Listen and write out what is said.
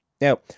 Now